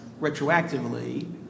retroactively